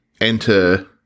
enter